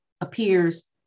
appears